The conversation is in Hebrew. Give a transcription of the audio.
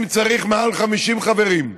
אם צריך מעל 50 חברים,